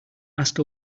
ask